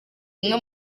umwe